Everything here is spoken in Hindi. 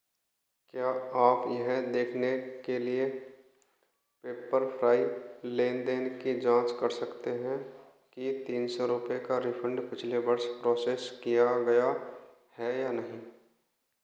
क्या आप यह देखने के लिए पेप्पर फ्राई लेन देन की जाँच कर सकते हैं कि तीन सौ रुपये का रिफ़ंड पिछले वर्ष प्रोसेस किया गया है या नहीं